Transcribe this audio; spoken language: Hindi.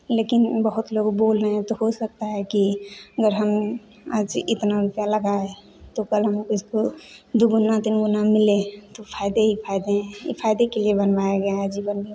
लेकिन बहुत लोग बोल रहे हैं तो हो सकता है कि अगर हम आज इतना रुपया लगाए तो कल हम इसको दोगुना तींगुना मिले तो फायदा ही फायदा है यह फायदे के लिए बनवाया गया है जीवन बीमा